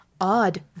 Odd